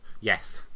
Yes